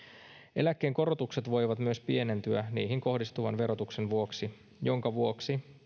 eläkkeen korotukset voivat myös pienentyä niihin kohdistuvan verotuksen vuoksi minkä vuoksi